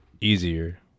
easier